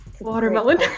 Watermelon